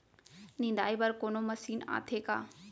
निंदाई बर कोनो मशीन आथे का?